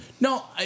No